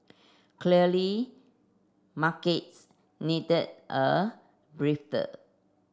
clearly markets needed a breather